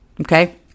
Okay